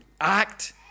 act